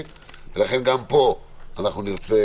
לכן גם פה נרצה